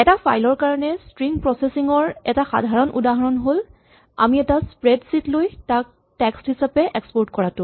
এটা ফাইল ৰ কাৰণে স্ট্ৰিং প্ৰছেচিং ৰ এটা সাধাৰণ উদাহৰণ হ'ল আমি এটা স্প্ৰেড ছীট লৈ তাক টেক্স্ট হিচাপে এক্সপৰ্ট কৰাটো